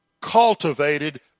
cultivated